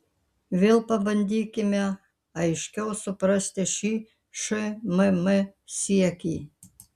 vėl pabandykime aiškiau suprasti šį šmm siekį